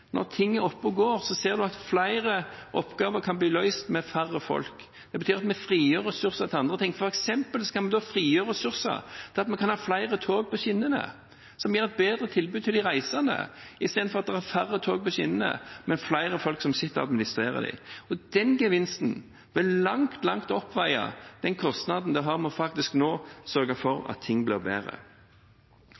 når ting er oppe og går, ser en at flere oppgaver kan bli løst av færre folk. Det betyr at vi frigjør ressurser til andre ting. For eksempel skal vi da frigjøre ressurser til å ha flere tog på skinnene, som gir et bedre tilbud til de reisende, istedenfor at det er færre tog på skinnene, men flere folk som sitter og administrerer dem. Den gevinsten vil langt, langt oppveie den kostnaden en nå har med å sørge for